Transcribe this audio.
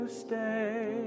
stay